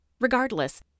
Regardless